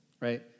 right